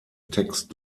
text